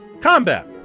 combat